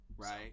Right